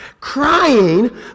crying